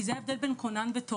כי זה ההבדל בין כונן לבין תורן"